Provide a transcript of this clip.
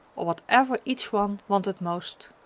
or whatever each one wanted most.